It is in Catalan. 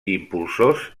impulsors